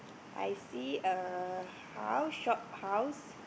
I see a house shophouse